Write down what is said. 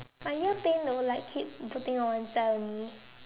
my ear pain though like keep putting on one side only